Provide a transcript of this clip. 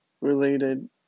related